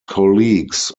colleagues